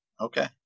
Okay